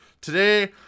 Today